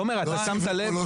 תוסיף את קולי לבעד.